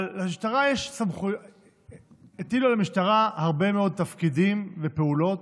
אבל הטילו על המשטרה הרבה מאוד תפקידים ופעולות,